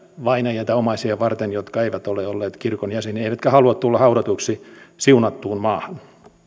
vainajia tai omaisia varten jotka eivät ole olleet kirkon jäseniä eivätkä halua tulla haudatuiksi siunattuun maahan